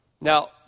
Now